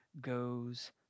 goes